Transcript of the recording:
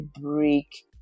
break